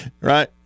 Right